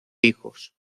hijos